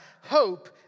hope